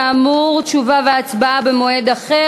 כאמור, תשובה והצבעה במועד אחר.